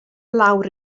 lawr